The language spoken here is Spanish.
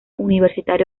universitario